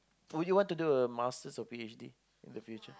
would you want to do a Masters or P_H_D in the future